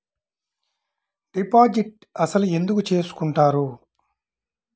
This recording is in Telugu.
డిపాజిట్ అసలు ఎందుకు చేసుకుంటారు?